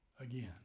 again